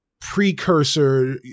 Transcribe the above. precursor